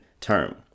term